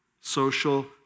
Social